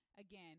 Again